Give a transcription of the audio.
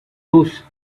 lose